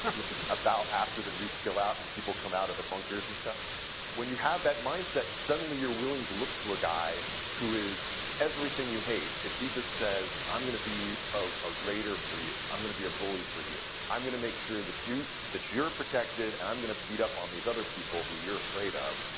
which is about after the nukes go out and people come out of the bunkers and stuff when you have that mindset suddenly you're willing to look to a guy, who is everything you hate, if he just says, i'm going to be a raider for you. i'm going to be a bully for you. i'm going to make sure that you that you're protected and i'm going to beat up on these other people who you're afraid of.